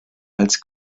als